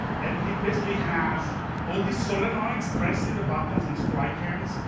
and it basically has all these solenoids pressing the buttons on spray cans,